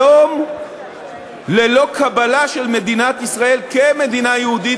שלום ללא קבלה של מדינת ישראל כמדינה יהודית,